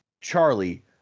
Charlie